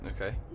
Okay